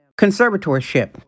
conservatorship